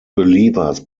believers